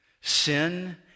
Sin